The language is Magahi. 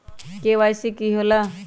के.वाई.सी का होला?